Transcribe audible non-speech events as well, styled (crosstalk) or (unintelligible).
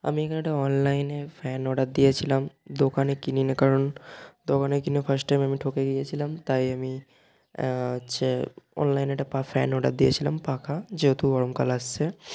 আমি এখানে একটা অনলাইনে ফ্যান অর্ডার দিয়েছিলাম দোকানে কিনি না কারণ দোকানে কিনে ফার্স্ট টাইম আমি ঠকে গিয়েছিলাম তাই আমি হচ্ছে অনলাইনে একটা (unintelligible) ফ্যান অর্ডার দিয়েছিলাম পাখা যেহেতু গরমকাল আসছে